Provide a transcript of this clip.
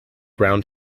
round